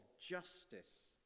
justice